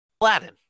Aladdin